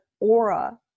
aura